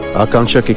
akansha,